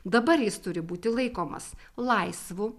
dabar jis turi būti laikomas laisvu